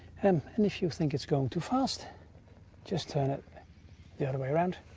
and and if you think it's going too fast just turn it the other way around.